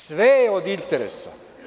Sve je od interesa.